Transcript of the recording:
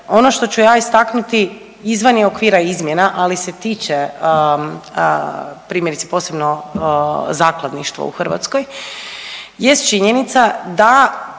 Ono što ću ja istaknuti izvan je okvira izmjena, ali se tiče primjerice posebno zakladništva u Hrvatskoj jest činjenica da